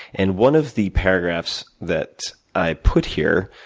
and one of the paragraphs that i put here,